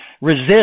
resist